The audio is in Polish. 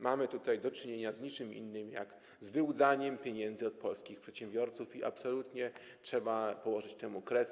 Mamy tutaj do czynienia z niczym innym jak z wyłudzaniem pieniędzy od polskich przedsiębiorców, czemu absolutnie trzeba położyć kres.